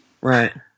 Right